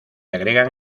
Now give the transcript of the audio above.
agregan